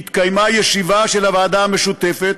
התקיימה ישיבה של הוועדה המשותפת,